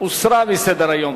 הוסרה מסדר-היום.